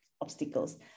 obstacles